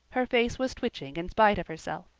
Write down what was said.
her face was twitching in spite of herself.